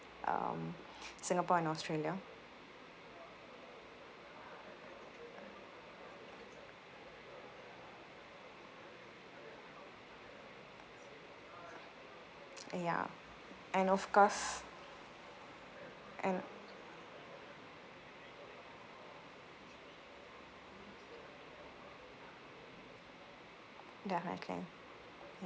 um singapore and australia ya and of course and definitely ya